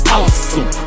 awesome